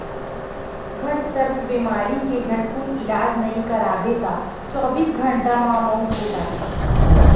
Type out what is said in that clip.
घटसर्प बेमारी के झटकुन इलाज नइ करवाबे त चौबीस घंटा म मउत हो जाथे